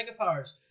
Megapowers